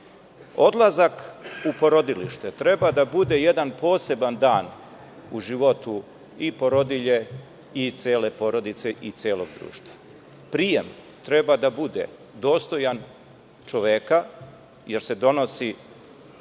slični. Odlazak u porodilište treba da bude jedan poseban dan u životu i porodilje i cele porodice i celog društva. Prijem treba da bude dostojan čoveka, jer se donosi